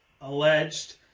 alleged